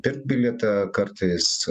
pirkt bilietą kartais